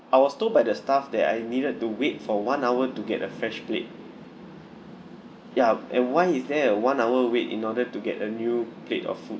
I was told by the staff that I needed to wait for one hour to get a fresh plate yup and why is there a one hour wait in order to get a new plate of food